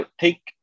take